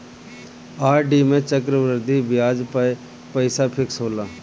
RD में चक्रवृद्धि बियाज पअ पईसा फिक्स होला